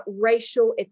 racial